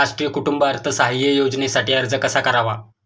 राष्ट्रीय कुटुंब अर्थसहाय्य योजनेसाठी अर्ज कसा करावा?